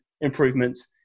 improvements